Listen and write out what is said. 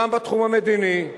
גם בתחום המדיני,